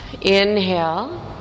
Inhale